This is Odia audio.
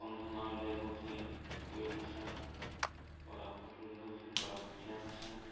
କନ୍ଧମାଳରେ ହେଉଛି କୁଇ ଭାଷା କୋରାପୁଟରେ ହେଉଛି କୋରାପୁଟିଆ ଭାଷା